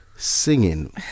Singing